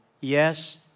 Yes